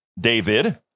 david